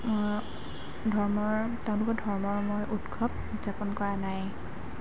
ধৰ্মৰ তেওঁলোকৰ ধৰ্মৰ মই উৎসৱ উদযাপন কৰা নাই